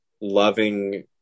loving